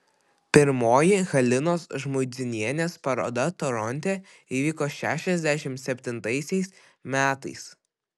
pirmoji halinos žmuidzinienės paroda toronte įvyko šešiasdešimt septintaisiais metais